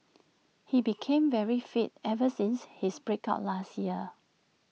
he became very fit ever since his break up last year